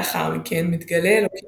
לאחר מכן מתגלה אלוהים